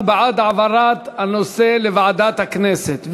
הוא בעד העברת הנושא לוועדת הכנסת,